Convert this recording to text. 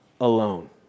alone